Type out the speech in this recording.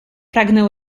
pragnę